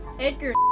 Edgar